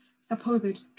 supposed